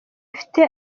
afite